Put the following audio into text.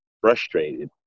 frustrated